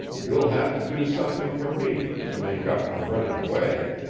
you'll have to do something for me, to make up for running away.